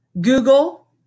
Google